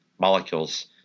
molecules